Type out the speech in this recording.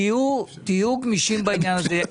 תהיו גמישים בעניין הזה.